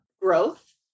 growth